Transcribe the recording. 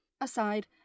aside